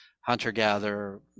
hunter-gatherer